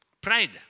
Pride